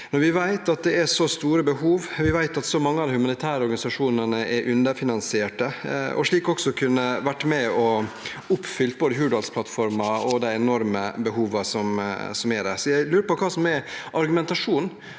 vi vet at det er så store behov, når vi vet at så mange av de humanitære organisasjonene er underfinansiert? Slik kunne man også vært med på å oppfylle både Hurdalsplattformen og de enorme behovene som er der. Jeg lurer på hva som er argumentasjonen